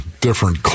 different